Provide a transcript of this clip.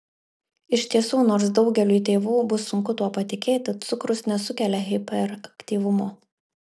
iš tiesų nors daugeliui tėvų bus sunku tuo patikėti cukrus nesukelia hiperaktyvumo